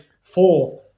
four